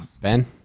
Ben